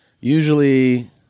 usually